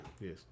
Yes